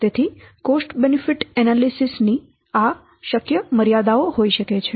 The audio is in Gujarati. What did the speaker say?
તેથી કોસ્ટ બેનિફીટ એનાલિસીસ ની આ શક્ય મર્યાદાઓ હોઈ શકે છે